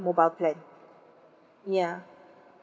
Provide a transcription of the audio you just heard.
mobile plan ya